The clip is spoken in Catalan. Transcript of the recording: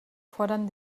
foren